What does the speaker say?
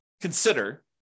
consider